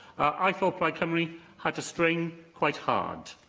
i thought plaid cymru had to strain quite hard,